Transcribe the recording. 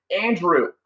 Andrew